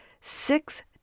six